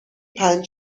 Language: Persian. پنج